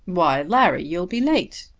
why, larry, you'll be late,